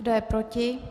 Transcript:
Kdo je proti?